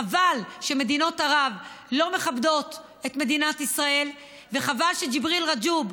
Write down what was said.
חבל שמדינות ערב לא מכבדות את מדינת ישראל וחבל שג'יבריל רג'וב,